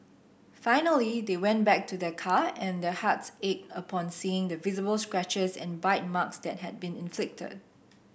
finally they went back to their car and their hearts ached upon seeing the visible scratches and bite marks that had been inflicted